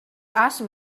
asked